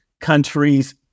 countries